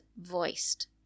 voiced